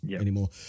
anymore